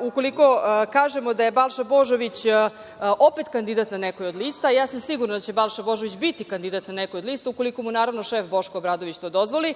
ukoliko kažemo da je Balša Božović opet kandidat na nekoj od lista, a ja sam sigurna da će Balša Božović biti kandidat na nekoj od lista, ukoliko mu naravno šef Boško Obradović to dozvoli,